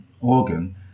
organ